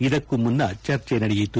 ಇದಕ್ಕೂ ಮುನ್ನ ಚರ್ಚೆ ನಡೆಯಿತು